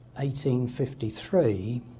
1853